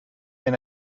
and